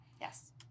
Yes